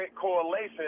correlation